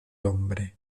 hombre